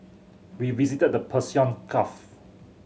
we visited the Persian Gulf